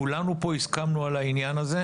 כולנו פה הסכמנו על העניין הזה.